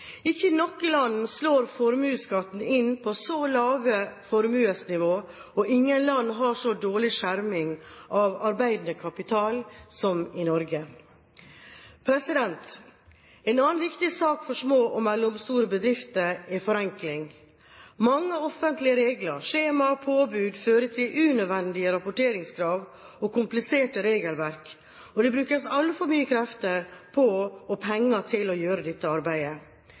Ikke i noe land slår formuesskatten inn på så lave formuesnivå, og ingen land har så dårlig skjerming av arbeidende kapital som Norge. En annen viktig sak for små og mellomstore bedrifter er forenkling. Mange offentlige regler, skjemaer og påbud fører til unødvendige rapporteringskrav og kompliserte regelverk, og det brukes altfor mye krefter på og penger til å gjøre dette arbeidet.